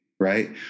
right